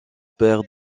père